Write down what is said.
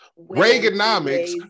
Reaganomics